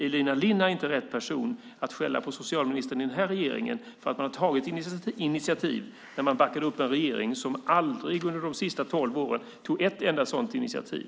Elina Linna är inte rätt person att skälla på socialministern i den här regeringen för att man har tagit initiativ när hon backade upp en regering som under de sista tolv åren aldrig tog ett enda sådant initiativ.